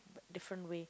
different way